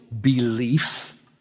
belief